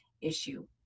issue